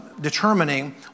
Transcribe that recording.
determining